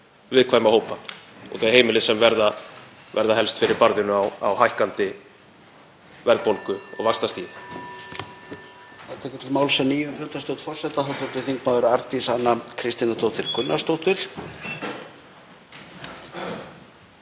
viðkvæma hópa og þau heimili sem verða helst fyrir barðinu á hækkandi verðbólgu og vaxtastigi?